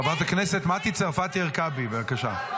חברת הכנסת מטי צרפתי הרכבי, בבקשה.